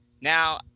now